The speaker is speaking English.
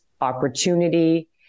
opportunity